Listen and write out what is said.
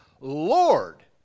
lord